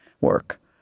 work